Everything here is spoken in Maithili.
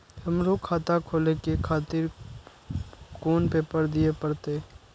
हमरो खाता खोले के खातिर कोन पेपर दीये परतें?